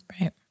Right